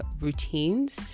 routines